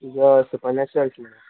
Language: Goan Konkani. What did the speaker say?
यू आर सुपरनॅचुरल्स म्हणून